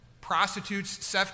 prostitutes